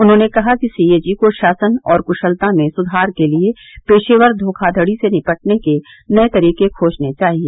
उन्होंने कहा कि सी ए जी को शासन और क्यालता में सुधार के लिए पेशेवर धोखाधड़ी से निपटने के नये तरीके खोजने चाहिए